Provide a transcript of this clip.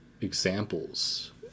examples